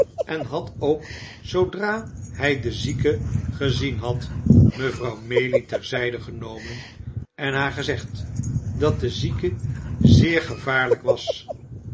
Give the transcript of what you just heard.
en had ook zoodra hij de zieke gezien had mevrouw mayliè terzijde genomen en haar gezegd dat de zieke zeer gevaarlijk was